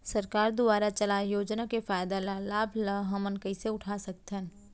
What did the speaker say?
सरकार दुवारा चलाये योजना के फायदा ल लाभ ल हमन कइसे उठा सकथन?